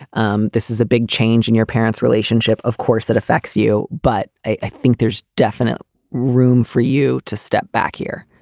um this is a big change in your parents relationship. of course, that affects you. but i think there's definitely room for you to step back here.